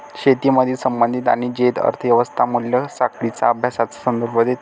शेतीमधील संबंधित आणि जैव अर्थ व्यवस्था मूल्य साखळींच्या अभ्यासाचा संदर्भ देते